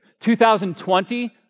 2020